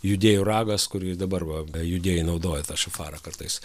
judėjų ragas kur ir dabar va judėjai naudoja tą šafarą kartais